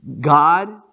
God